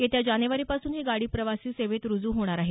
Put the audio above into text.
येत्या जानेवारीपासून ही गाडी प्रवासी सेवेत रुजू होणार आहे